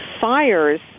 fires